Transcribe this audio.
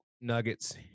nuggets